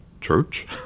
Church